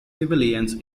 civilians